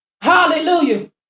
Hallelujah